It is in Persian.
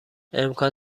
امکان